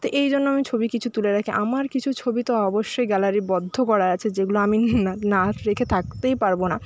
তো এই জন্য আমি ছবি কিছু তুলে রাখি আমার কিছু ছবি তো অবশ্যই গ্যালারিবদ্ধ করা আছে যেগুলো আমি না না রেখে থাকতেই পারবো না